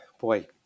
boy